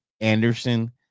anderson